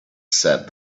said